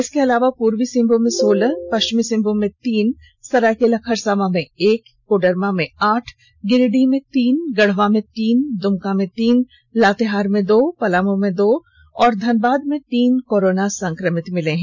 इसके अलावा पूर्वी सिंहभूम में सोलह पष्चिमी सिंहभूम में तीन सरायकेला खरसावा में एक कोडरमा में आठ गिरिडीह में तीन गढ़वा में तीन दुमका में तीन लातेहार में दो पलामू में दो और धनबाद में तीन कोरोना संक्रमित मिले हैं